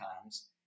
times